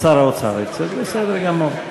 שר האוצר ירצה, בסדר גמור.